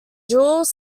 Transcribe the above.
jules